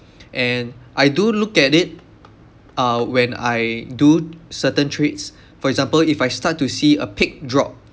and I do look at it uh when I do certain trades for example if I start to see a peak drop